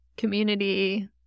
community